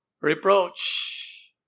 reproach